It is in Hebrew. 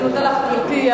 אני מודה לך, גברתי.